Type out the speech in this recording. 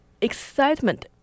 Excitement